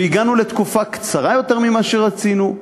והגענו לתקופה קצרה יותר ממה שרצינו,